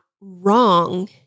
wrong